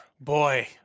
Boy